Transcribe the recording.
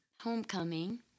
homecoming